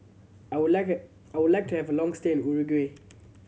I would like a I would like to have a long stay in Uruguay